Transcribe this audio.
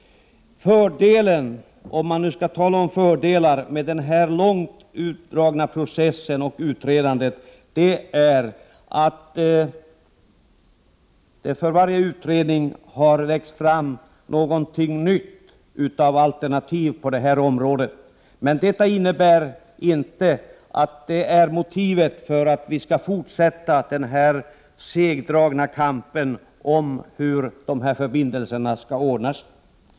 Fördelen — om man nu skall tala om fördelar i det här sammanhanget — med denna långt utdragna process är att det för varje utredning har växt fram något nytt alternativ, men det är inte något motiv för att man skall fortsätta med den här segdragna kampen om hur förbindelserna skall ordnas.